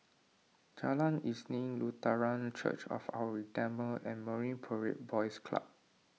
Jalan Isnin Lutheran Church of Our Redeemer and Marine Parade Boys Club